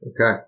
Okay